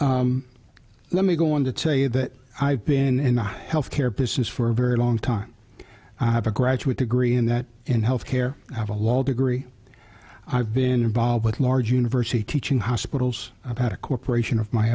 that let me go on to tell you that i've been in the health care business for a very long time i have a graduate degree in that in health care i have a law degree i've been involved with large university teaching hospitals about a corporation of my